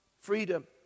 freedom